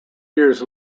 years